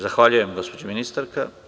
Zahvaljujem gospođo ministarko.